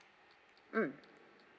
mm